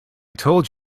told